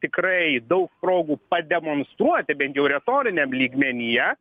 tikrai daug progų pademonstruoti bent jau retoriniam lygmenyje